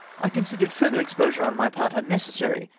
i considered further exposure on my part unnecessary,